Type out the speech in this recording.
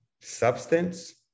substance